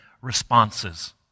responses